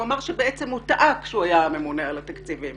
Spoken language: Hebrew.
אמר שבעצם הוא טעה כשהוא היה הממונה על התקציבים.